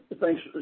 thanks